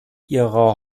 ihrer